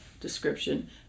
description